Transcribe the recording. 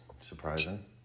surprising